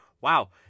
wow